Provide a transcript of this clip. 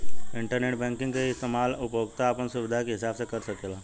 internet banking के इस्तमाल उपभोक्ता आपन सुबिधा के हिसाब कर सकेला